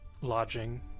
lodging